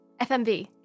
fmv